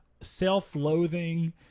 self-loathing